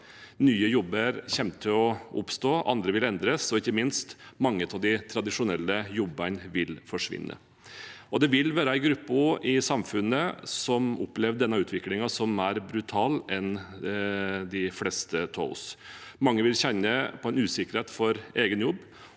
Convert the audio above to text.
Nye jobber kommer til å oppstå, andre vil endres, og ikke minst vil mange av de tradisjonelle jobbene forsvinne. Det vil være grupper i samfunnet som opplever denne utviklingen som mer brutal enn de fleste av oss. Mange vil kjenne på usikkerhet for egen jobb,